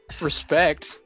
respect